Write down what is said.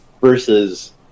versus